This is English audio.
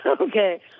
Okay